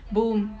boom